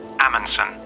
Amundsen